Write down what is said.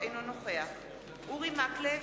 אינו נוכח אורי מקלב,